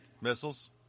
Missiles